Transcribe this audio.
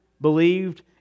believed